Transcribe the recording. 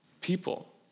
people